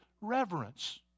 reverence